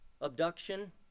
abduction